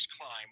climb